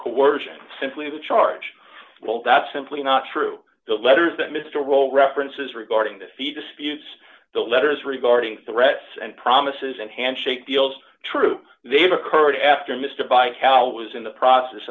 coercion simply the charge well that's simply not true the letters that mr rolle references regarding the fee disputes the letters regarding threats and promises and handshake deals true they occurred after mr buy a cow was in the process